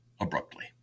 abruptly